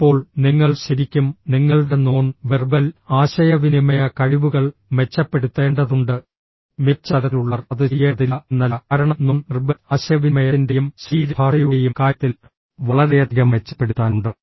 ഇപ്പോൾ നിങ്ങൾ ശരിക്കും നിങ്ങളുടെ നോൺ വെർബൽ ആശയവിനിമയ കഴിവുകൾ മെച്ചപ്പെടുത്തേണ്ടതുണ്ട് മികച്ച തലത്തിലുള്ളവർ അത് ചെയ്യേണ്ടതില്ല എന്നല്ല കാരണം നോൺ വെർബൽ ആശയവിനിമയത്തിന്റെയും ശരീരഭാഷയുടെയും കാര്യത്തിൽ വളരെയധികം മെച്ചപ്പെടുത്താനുണ്ട്